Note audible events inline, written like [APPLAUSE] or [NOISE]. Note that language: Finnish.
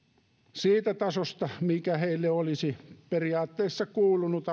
siitä tasosta mikä heille olisi periaatteessa kuulunut [UNINTELLIGIBLE]